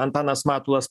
antanas matulas